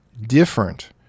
different